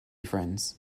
friends